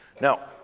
Now